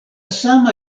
sama